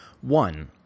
One